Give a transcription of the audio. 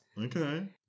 Okay